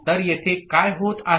तर येथे काय होत आहे